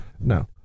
No